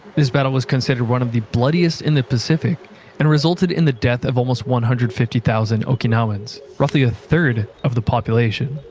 this battle was considered one of the bloodiest in the pacific and resulted in the death of almost one hundred and fifty thousand okinawans, roughly a third of the population.